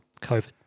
COVID